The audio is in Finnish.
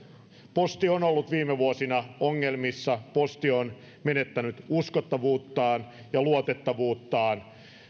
posti on ollut viime vuosina ongelmissa posti on menettänyt uskottavuuttaan ja luotettavuuttaan